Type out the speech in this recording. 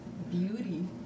beauty